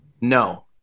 No